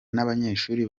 n’abanyeshuri